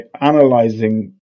analyzing